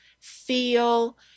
feel